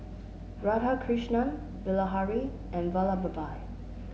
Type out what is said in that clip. Radhakrishnan Bilahari and Vallabhbhai